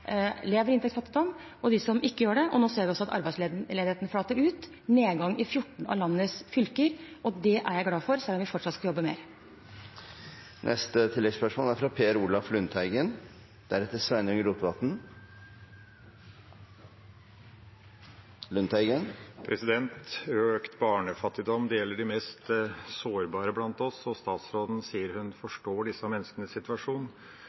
lever i inntektsfattigdom, og dem som ikke gjør det. Nå ser vi også at arbeidsledigheten flater ut, nedgang i 14 av landets fylker. Det er jeg glad for, selv om vi fortsatt skal jobbe mer. Per Olaf Lundteigen – til oppfølgingsspørsmål. Økt barnefattigdom – det gjelder de mest sårbare blant oss. Statsråden sier hun forstår disse menneskenes situasjon,